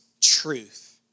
truth